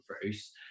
Bruce